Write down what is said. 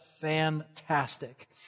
fantastic